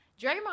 Draymond